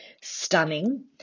stunning